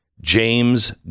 James